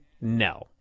No